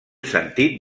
sentit